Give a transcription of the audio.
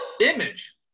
image